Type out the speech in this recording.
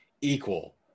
equal